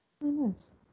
Nice